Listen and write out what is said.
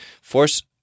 force